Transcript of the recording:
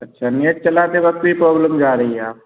अच्छा नेट चलाते वक्त भी प्रॉब्लम जा रही है आपको